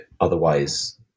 otherwise